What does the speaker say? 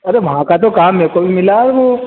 अरे वहाँ का तो काम मेरे को भी मिला है वो